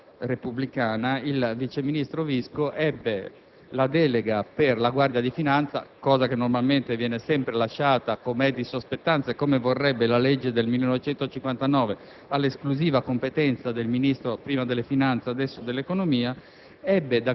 è ancor più aggravata dal fatto che, caso eccezionale nella storia repubblicana, il vice ministro Visco ebbe dal Consiglio dei ministri la delega per la Guardia di finanza, che normalmente viene sempre lasciata, com'è di sua spettanza e come vorrebbe la legge n. 189